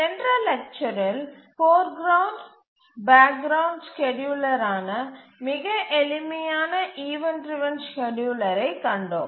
சென்ற லெக்சரில் foreground background ஸ்கேட்யூலரான மிக எளிமையான ஈவண்ட் டிரவன் ஸ்கேட்யூலரைக் கண்டோம்